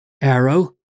arrow